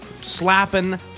slapping